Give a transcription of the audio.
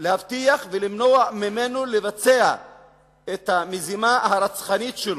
להבטיח ולמנוע ממנו לבצע את המזימה הרצחנית שלו.